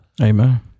amen